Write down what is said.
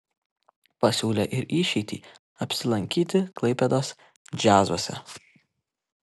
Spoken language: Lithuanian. pasiūlė ir išeitį apsilankyti klaipėdos džiazuose